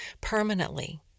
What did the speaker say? permanently